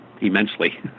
immensely